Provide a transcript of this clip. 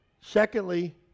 Secondly